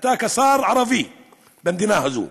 אתה כשר ערבי במדינה הזו.